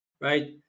right